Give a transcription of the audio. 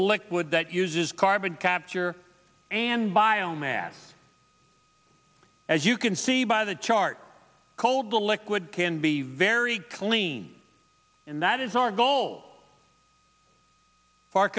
the liquid that uses carbon capture and bio mass as you can see by the chart cold the liquid can be very clean and that is our goal for